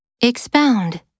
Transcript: Expound